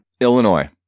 Illinois